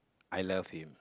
I love him